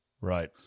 Right